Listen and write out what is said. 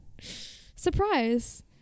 Surprise